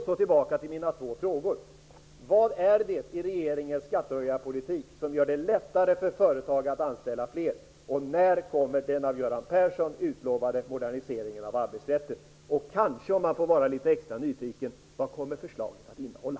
Så tillbaka till mina två frågor: Vad är det i regeringens skattehöjarpolitik som gör det lättare för företag att anställa fler, och när kommer den av Göran Persson utlovade moderniseringen av arbetsrätten? Och kanske också, om man får vara litet extra nyfiken: Vad kommer förslagen att innehålla?